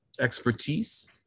expertise